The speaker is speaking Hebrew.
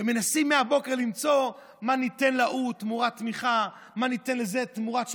ומנסים מהבוקר למצוא מה ניתן לזה תמורת תמיכה,